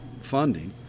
funding